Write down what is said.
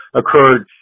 occurred